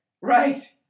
Right